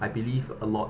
I believe a lot